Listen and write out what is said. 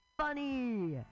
funny